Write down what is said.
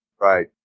Right